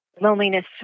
loneliness